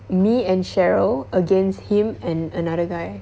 me and cheryl against him and another guy